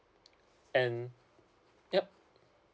and yup